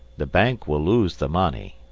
the bank will lose the money.